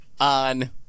on